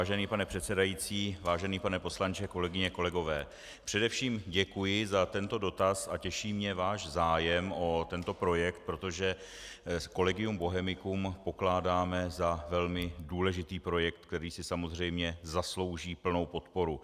Vážený pane předsedající, vážený pane poslanče, kolegyně, kolegové, především děkuji za tento dotaz a těší mě váš zájem o tento projekt, protože Collegium Bohemicum pokládáme za velmi důležitý projekt, který si samozřejmě zaslouží plnou podporu.